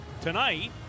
tonight